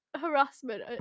harassment